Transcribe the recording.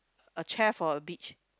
a chair for a beach